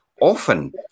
Often